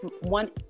one-